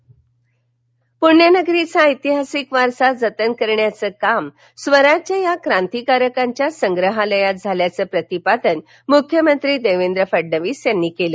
स्वराज्य पुण्यनगरीचा ऐतिहासिक वारसा जतन करण्याचं काम स्वराज्य या क्रांतिकारकांच्या संग्रहालयात झाल्याचं प्रतिपादन मुख्यमंत्री देवेंद्र फडणवीस यांनी केलं